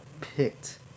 picked